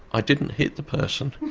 i didn't hit the person,